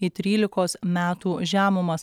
į trylikos metų žemumas